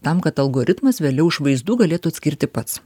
tam kad algoritmas vėliau iš vaizdų galėtų atskirti pats